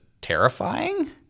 terrifying